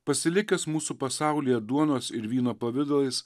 pasilikęs mūsų pasaulyje duonos ir vyno pavidalais